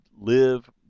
live